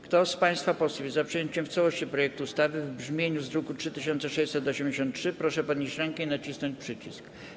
Kto z państwa posłów jest za przyjęciem w całości projektu ustawy w brzmieniu z druku nr 3683, proszę podnieść rękę i nacisnąć przycisk.